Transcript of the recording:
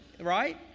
right